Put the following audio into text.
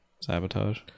sabotage